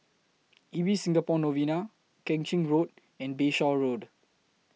Ibis Singapore Novena Keng Chin Road and Bayshore Road